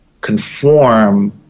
conform